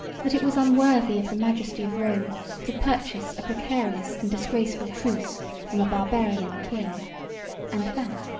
that it was unworthy of the majesty of rome to purchase a precarious and disgraceful truce from a barbarian king and that,